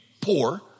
poor